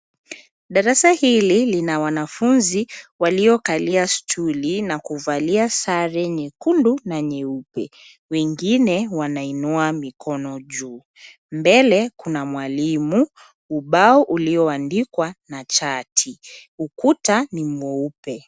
Darasa hili lina wanafunzi waliokalia stuli na kuvalia sare nyekundu na nyeupe, wengine waninua mikono juu. Mbele kuna mwalimu, ubao ulioandikwa na chati. Ukuta ni mweupe.